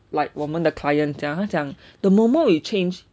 like 我们的 client 讲他讲 the moment we change